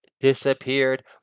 disappeared